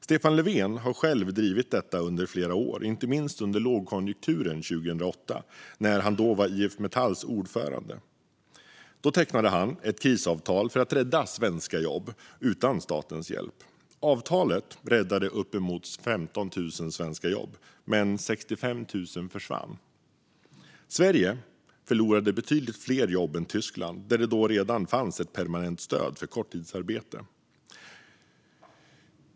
Stefan Löfven har själv drivit detta under flera år, inte minst under lågkonjunkturen 2008 då han var IF Metalls ordförande. Då tecknade han ett krisavtal för att rädda svenska jobb utan statens hjälp. Avtalet räddade uppemot 15 000 svenska jobb. Men 65 000 försvann. Sverige förlorade betydligt fler jobb än Tyskland, där det redan då fanns ett permanent stöd för korttidsarbete.